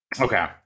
Okay